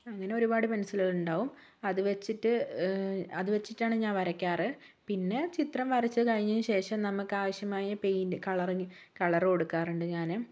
അങ്ങനെ ഒരുപാട് പെൻസിലുകളുണ്ടാവും അതു വച്ചിട്ട് അത് വച്ചിട്ടാണ് ഞാൻ വരയ്ക്കാറ് പിന്നെ ചിത്രം വരച്ചു കഴിഞ്ഞതിന് ശേഷം നമുക്കാവശ്യമായ പെയിന്റ് കളറിംഗ് കളറ് കൊടുക്കാറുണ്ട് ഞാൻ